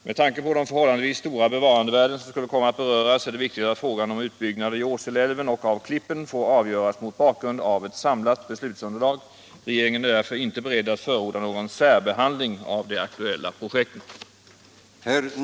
Med tanke på de förhållandevis stora bevarandevärden som skulle komma att beröras är det viktigt att frågan om utbyggnader i Åseleälven och av Klippen får avgöras mot bakgrund av ett samlat beslutsunderlag. Regeringen är därför inte beredd att förorda någon särbehandling av de aktuella projekten.